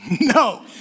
No